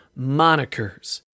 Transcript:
monikers